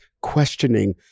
questioning